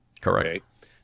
Correct